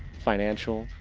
financial,